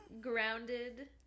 grounded